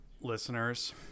listeners